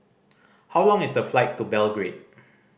how long is the flight to Belgrade